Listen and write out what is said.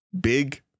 Big